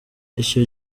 icyo